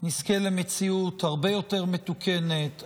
נזכה למציאות הרבה יותר מתוקנת,